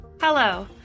Hello